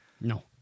No